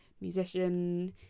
musician